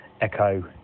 Echo